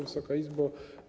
Wysoka Izbo!